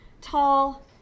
Tall